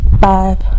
five